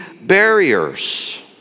barriers